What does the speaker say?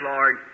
Lord